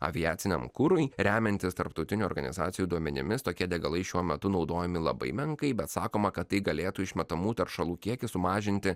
aviaciniam kurui remiantis tarptautinių organizacijų duomenimis tokie degalai šiuo metu naudojami labai menkai bet sakoma kad tai galėtų išmetamų teršalų kiekį sumažinti